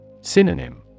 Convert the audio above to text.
Synonym